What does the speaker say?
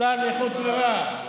שר לאיכות הסביבה.